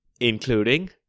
including